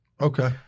Okay